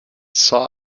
saw